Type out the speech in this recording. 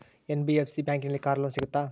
NBFC ಬ್ಯಾಂಕಿನಲ್ಲಿ car loan ಸಿಗುತ್ತಾ?